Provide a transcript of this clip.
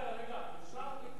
לקרוע את המיסיונר שמגיע אליך גם.